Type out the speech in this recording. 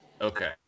Okay